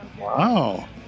wow